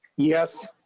yes